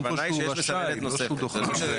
בוא,